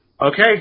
okay